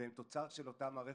והם תוצאה של אותה מערכת.